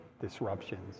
disruptions